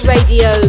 Radio